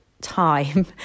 time